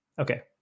Okay